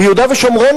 ביהודה ושומרון,